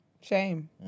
Shame